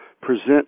present